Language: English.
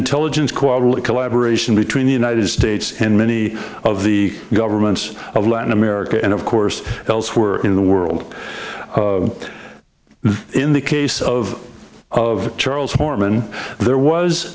of collaboration between the united states and many of the governments of latin america and of course elsewhere in the world in the case of of charles horman there was